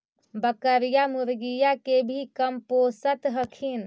बकरीया, मुर्गीया के भी कमपोसत हखिन?